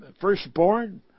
firstborn